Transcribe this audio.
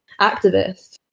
activist